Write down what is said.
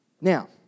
Now